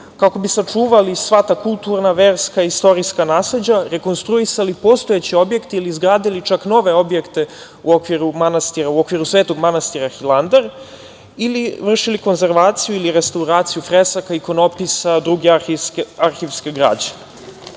kako bi sačuvali sva ta kulturna, verska i istorijska nasleđa, rekonstruisali postojeće objekte ili izgradili čak nove objekte u okviru Svetog manastira Hilandar ili vršili konzervaciju ili restauraciju fresaka i ikonopisa druge arhivske